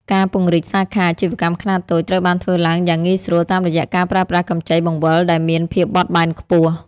ការពង្រីកសាខាអាជីវកម្មខ្នាតតូចត្រូវបានធ្វើឡើងយ៉ាងងាយស្រួល តាមរយៈការប្រើប្រាស់កម្ចីបង្វិលដែលមានភាពបត់បែនខ្ពស់។